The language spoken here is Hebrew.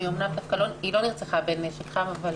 שהיא אמנם לא נרצחה בנשק חם אבל